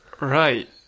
Right